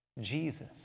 Jesus